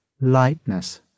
lightness